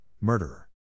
murderer